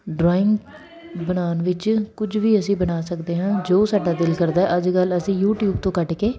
drawing ਬਣਾਉਣ ਵਿੱਚ ਕੁਝ ਵੀ ਅਸੀਂ ਬਣਾ ਸਕਦੇ ਹਾਂ ਜੋ ਸਾਡਾ ਦਿਲ ਕਰਦਾ ਅੱਜ ਕੱਲ੍ਹ ਅਸੀਂ ਯੂਟੀਊਬ ਤੋਂ ਕੱਢ ਕੇ